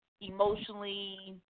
emotionally